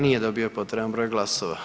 Nije dobio potreban broj glasova.